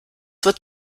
wird